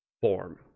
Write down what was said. form